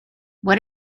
what